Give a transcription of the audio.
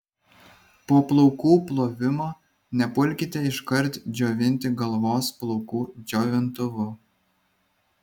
po plaukų plovimo nepulkite iškart džiovinti galvos plaukų džiovintuvu